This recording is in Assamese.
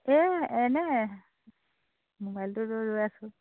এ এনেই মোবাইলটোতো লৈ আছোঁ